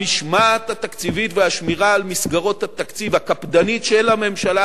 המשמעת התקציבית והשמירה הקפדנית על מסגרות התקציב של הממשלה